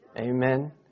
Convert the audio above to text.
Amen